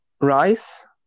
rice